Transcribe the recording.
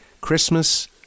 Christmas